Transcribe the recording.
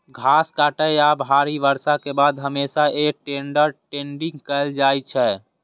घास काटै या भारी बर्षा के बाद हमेशा हे टेडर टेडिंग कैल जाइ छै